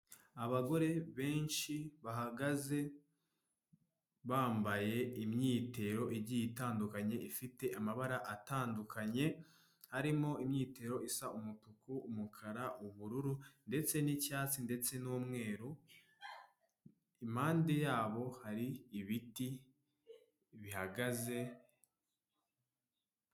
Abagore benshi bahagaze bambaye imyitero igiye itandukanye ifite amabara atandukanye harimo imyitero isa umutuku, umukara, ubururu ndetse n'icyatsi ndetse n'umweru. Impande yabo hari ibiti bihagaze.